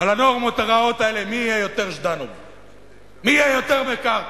על הנורמות הרעות האלה, מי יהיה יותר ז'דאנוב,